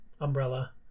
umbrella